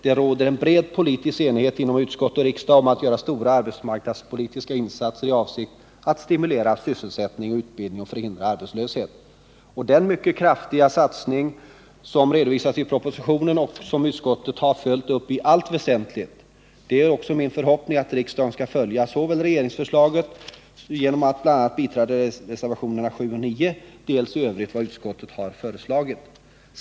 Det råder en bred politisk enighet inom utskott och riksdag om att göra stora arbetsmarknadspolitiska insatser i avsikt att stimulera sysselsättning och utbildning och förhindra arbetslöshet. Det är en mycket kraftig satsning som redovisas i propositionen och som utskottet har följt upp i allt väsentligt. Det är också min förhoppning att riksdagen skall följa regeringsförslaget genom att bifalla dels reservationerna 7 och 9, dels i övrigt vad utskottet har föreslagit.